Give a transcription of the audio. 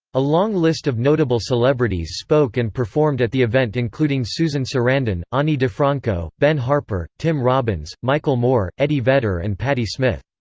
a long list of notable celebrities spoke and performed at the event including susan sarandon, ani difranco, ben harper, tim robbins, michael moore, eddie vedder and patti smith.